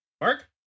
Mark